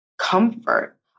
comfort